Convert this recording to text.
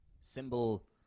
symbol